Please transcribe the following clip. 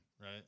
Right